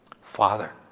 Father